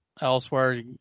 elsewhere